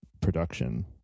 production